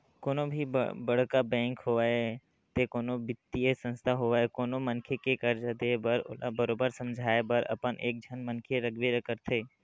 कोनो भी बड़का बेंक होवय ते कोनो बित्तीय संस्था होवय कोनो मनखे के करजा देय बर ओला बरोबर समझाए बर अपन एक झन मनखे रखबे करथे